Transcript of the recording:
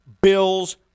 Bills